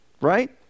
Right